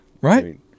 Right